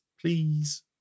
Please